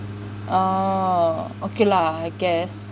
oh okay lah I guess